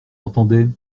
entendaient